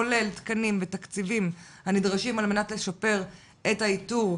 כולל תקנים ותקציבים הנדרשים על מנת לשפר את האיתור,